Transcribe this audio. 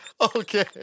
Okay